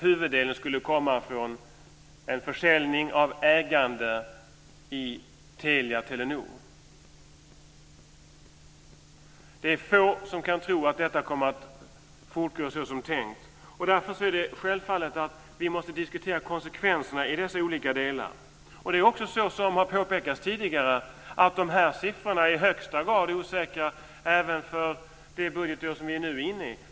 Huvuddelen skulle komma från en försäljning av ägandet i Telia-Telenor. Det är få som kan tro att detta kommer att fortgå såsom tänkt, och därför måste vi självfallet diskutera konsekvenserna i dessa olika delar. Som påpekats tidigare är också de här siffrorna i högsta grad osäkra även för det budgetår som vi nu är inne i.